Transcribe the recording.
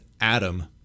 Adam